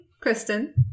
kristen